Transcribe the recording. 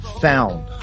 found